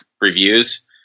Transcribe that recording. reviews